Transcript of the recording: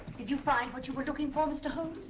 did you find what you were looking for, mr. holmes?